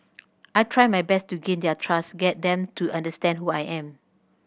I'll try my best to gain their trust get them to understand who I am